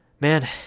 man